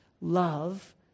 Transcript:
love